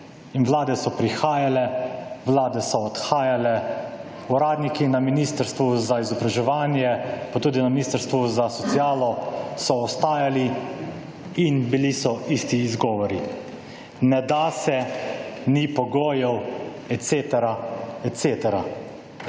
in vlade so prihajale, vlade so odhajale. Uradniki na Ministrstvu za izobraževanje, pa tudi na Ministrstvu za socialo so ostajali in bili so isti izgovori. Ne da se, ni pogojev, et cetera,